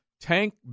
Tank